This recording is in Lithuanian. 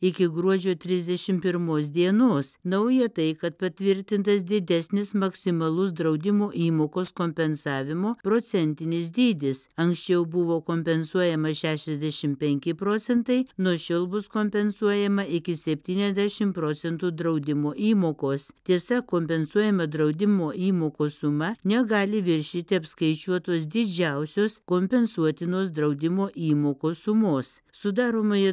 iki gruodžio trisdešimt pirmos dienos nauja tai kad patvirtintas didesnis maksimalus draudimų įmokos kompensavimo procentinis dydis anksčiau buvo kompensuojama šešiasdešimt penki procentai nuo šiol bus kompensuojama iki septyniasdešimt procentų draudimo įmokos tiesa kompensuojama draudimo įmokų suma negali viršyti apskaičiuotos didžiausios kompensuotinos draudimo įmokų sumos sudaromoje